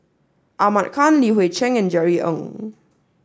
Ahmad Khan Li Hui Cheng and Jerry Ng